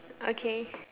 okay